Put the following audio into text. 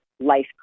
Life